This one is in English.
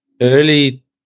early